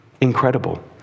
incredible